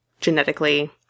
genetically